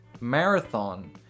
Marathon